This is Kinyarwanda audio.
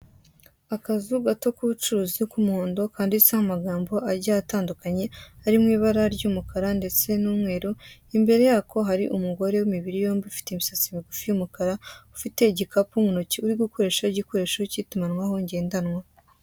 Akazu gato kubucuruzi k'umuhondo kanditseho amagambo agiye atandukanye ari mwibara ry'umukara ndetse n'umweru, imbere yako hari umugore w'imibiri yombi ufite imisatsi migufi y'umukara ufite igikapu mu intoki, urigukoresha igikoresho kitumanaho jyendanwa.